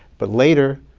but later,